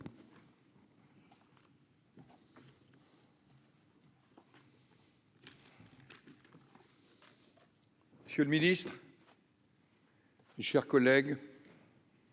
Monsieur le ministre, mes chers collègues,